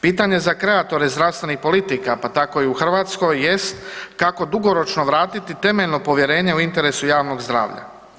Pitanje za kreatore zdravstvenih politika, pa tako i u Hrvatskoj jest kako dugoročno vratiti temeljno povjerenje u interesu javnog zdravlja.